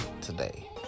today